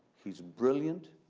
he's brilliant,